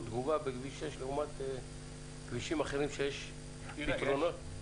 התגובה בכביש 6 לעומת כבישים אחרים שיש בהם פתרונות?